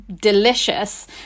delicious